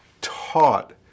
taught